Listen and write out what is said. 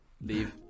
Leave